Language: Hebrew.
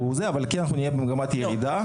כן, אנחנו נהיה במגמת ירידה.